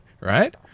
right